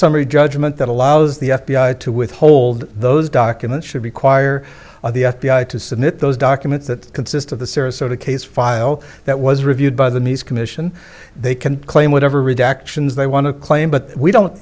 summary judgment that allows the f b i to withhold those documents should require the f b i to submit those documents that consist of the sarasota case file that was reviewed by the knees commission they can claim whatever redactions they want to claim but we don't